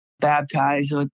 baptized